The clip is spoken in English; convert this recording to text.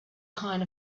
kind